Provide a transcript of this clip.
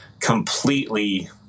completely